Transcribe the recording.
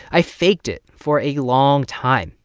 i faked it for a long time.